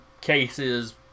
cases